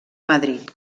madrid